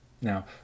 Now